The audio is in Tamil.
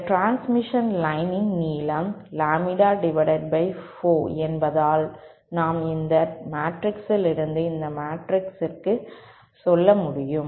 இந்த டிரான்ஸ்மிஷன் லைனின் நீளம் λ4 என்பதால் நாம் இந்த மேட்ரிக்ஸிலிருந்து இந்த மேட்ரிக்ஸ்க்கு செல்ல முடியும்